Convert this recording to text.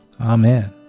Amen